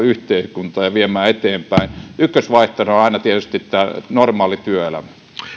yhteiskuntaa ja viemään eteenpäin ykkösvaihtoehtona on aina tietysti normaali työelämä